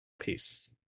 Peace